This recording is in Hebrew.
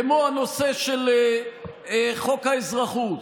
כמו הנושא של חוק האזרחות,